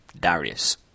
Darius